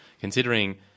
Considering